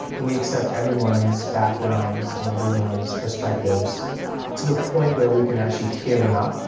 we accept everyone's backgrounds and everyone's perspectives to the point where we can actually hear them out.